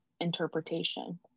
interpretation